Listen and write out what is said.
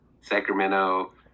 Sacramento